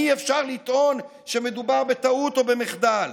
אי-אפשר לטעון שמדובר בטעות או במחדל.